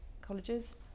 colleges